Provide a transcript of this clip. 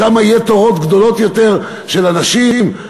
ושמה יהיה תור גדול יותר של אנשים?